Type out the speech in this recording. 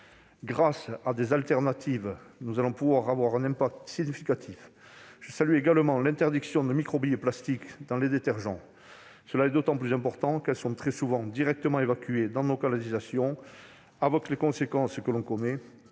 Grâce aux solutions de remplacement, elle aura un effet significatif. Je salue également l'interdiction de microbilles de plastique dans les détergents. C'est d'autant plus important qu'elles sont très souvent directement évacuées dans nos canalisations, avec les conséquences que l'on connaît